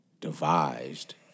devised